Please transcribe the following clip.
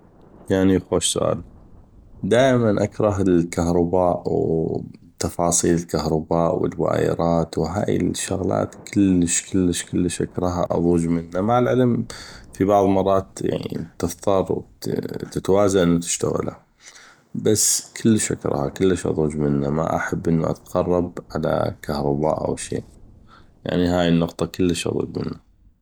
يعني خوش سؤال دائما اكره الكهرباء وتفاصيل الكهرباء والوايرات وهاي الشغلات كلش كلش اكرهه اضوج منه مع العلم في بعض مرات تضطر تتوازه انو تشتغله بس كلش اكرهه كلش اضوج منه ما احب انو اتقرب على كهرباء اوفدشي يعني هاي النقطه كلش اضوج منه